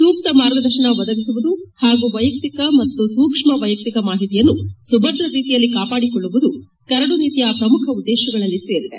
ಸೂಕ್ತ ಮಾರ್ಗದರ್ಶನ ಒದಗಿಸುವುದು ಹಾಗೂ ವೈಯಕ್ತಿಕವಾದ ಮತ್ತು ಸೂಕ್ಷ್ಮ ವೈಯಕ್ತಿಕ ಮಾಹಿತಿಯನ್ನು ಸುಭದ್ರ ರೀತಿಯಲ್ಲಿ ಕಾಪಾಡಿಕೊಳ್ಳುವುದು ಕರಡು ನೀತಿಯ ಪ್ರಮುಖ ಉದ್ದೇಶಗಳಲ್ಲಿ ಸೇರಿದೆ